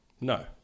No